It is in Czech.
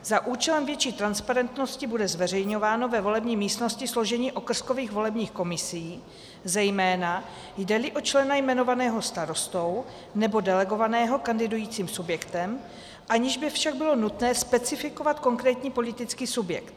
Za účelem větší transparentnosti bude zveřejňováno ve volební místnosti složení okrskových volebních komisí, zejména jdeli o člena jmenovaného starostou nebo delegovaného kandidujícím subjektem, aniž by však bylo nutné specifikovat konkrétní politický subjekt.